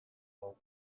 hau